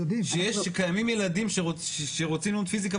שקיימים ילדים שרוצים ללמוד פיזיקה,